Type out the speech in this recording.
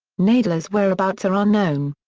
nadler's whereabouts are unknown.